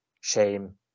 shame